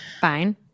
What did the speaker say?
fine